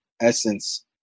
essence